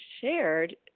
shared